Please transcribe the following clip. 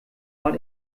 mal